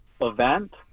event